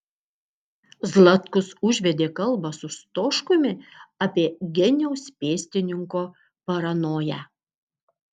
zlatkus užvedė kalbą su stoškumi apie geniaus pėstininko paranoją